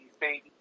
baby